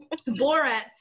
borat